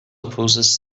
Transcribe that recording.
opposes